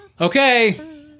Okay